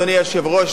אדוני היושב-ראש,